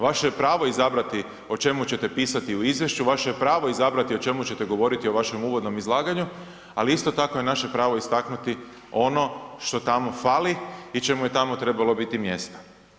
Vaše je pravo izabrati o čemu ćete pisati u izvješću, vaše je pravo izabrati o čemu ćete govoriti o vašem uvodnom izlaganju, ali isto tako je naše pravo istaknuti ono što tamo fali i čemu je tamo trebalo biti mjesto.